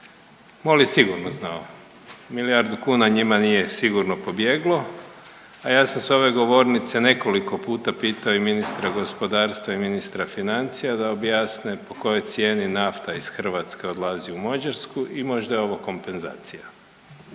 je sigurno znao. Milijardu kuna njima nije sigurno pobjeglo, a ja sam s ove govornice nekoliko puta pitao i ministra gospodarstva i ministra financija da objasne po kojoj cijeni nafta iz Hrvatske odlazi u Mađarsku i možda je ovo kompenzacija.